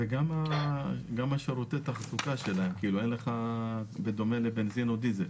גם שירותי התחזוקה, אין לך בדומה לבנזין או דיזל.